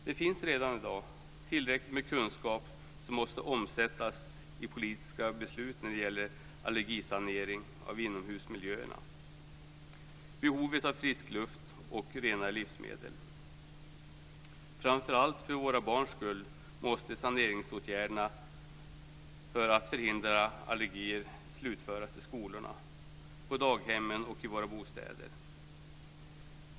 Det finns redan i dag tillräckligt med kunskap som måste omsättas i politiska beslut när det gäller allergisanering av inomhusmiljöer, behovet av frisk luft och rena livsmedel. Framför allt för våra barns skull måste saneringsåtgärderna för att förhindra allergier slutföras i skolor, på daghem och i våra bostäder.